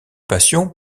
passion